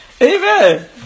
Amen